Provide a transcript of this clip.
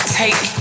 take